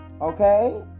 Okay